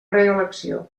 reelecció